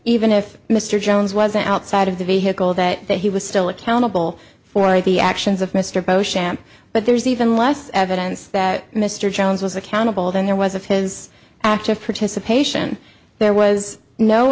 even if mr jones wasn't outside of the vehicle that that he was still accountable for the actions of mr beauchamp but there's even less evidence that mr jones was accountable than there was of his active participation and there was no